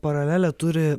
paralelę turi